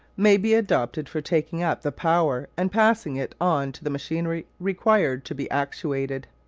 may be adopted for taking up the power and passing it on to the machinery required to be actuated.